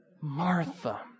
Martha